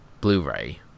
blu-ray